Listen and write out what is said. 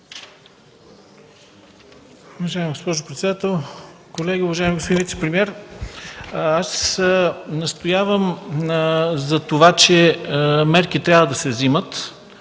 Уважаема госпожо председател, колеги! Уважаеми господин вицепремиер, настоявам за това, че мерки трябва да се взимат